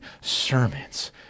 sermons